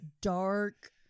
dark